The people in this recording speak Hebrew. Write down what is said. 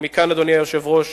ומכאן, אדוני היושב-ראש,